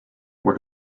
where